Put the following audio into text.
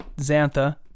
Xantha